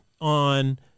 on